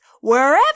wherever